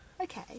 Okay